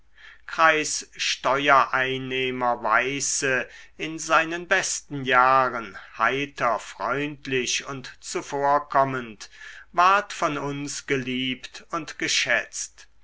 kreissteuereinnehmer weiße in seinen besten jahren heiter freundlich und zuvorkommend ward von uns geliebt und geschätzt